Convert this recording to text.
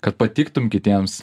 kad patiktum kitiems